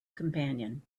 companion